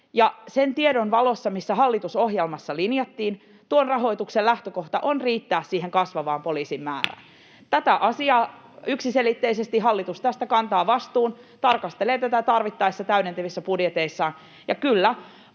ja sen tiedon valossa, missä hallitusohjelmassa linjattiin, tuon rahoituksen lähtökohta on riittää siihen kasvavaan poliisien määrään. Tästä asiasta yksiselitteisesti hallitus kantaa vastuun ja tarkastelee tätä tarvittaessa täydentävissä budjeteissaan. Ja kyllä,